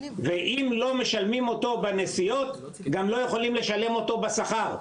ואם לא משלמים אותו בנסיעות גם לא יכולים לשלם אותו בשכר.